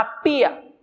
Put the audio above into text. appear